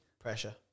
Pressure